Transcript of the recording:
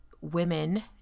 women